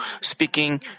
speaking